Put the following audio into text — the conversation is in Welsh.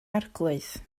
arglwydd